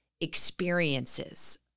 experiences